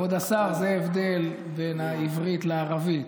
כבוד השר, זה הבדל בין העברית לערבית.